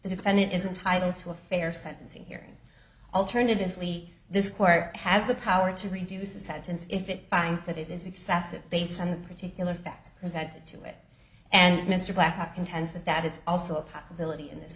the defendant is entitled to a fair sentencing hearing alternatively this court has the power to reduce the sentence if it finds that it is excessive based on the particular facts presented to it and mr black contends that that is also a possibility in this